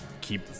keep